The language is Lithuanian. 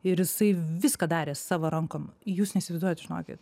ir jisai viską darė savo rankom jūs neįsivaizduojat žinokit